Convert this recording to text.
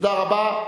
תודה רבה.